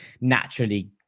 naturally